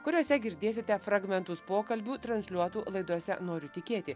kuriose girdėsite fragmentus pokalbių transliuotų laidose noriu tikėti